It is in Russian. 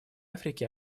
африки